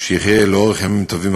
שיחיה לאורך ימים טובים,